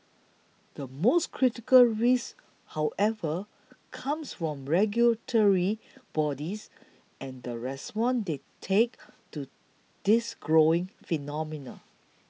the most critical risk however comes from regulatory bodies and the response they take to this growing phenomenon